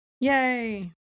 Yay